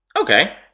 Okay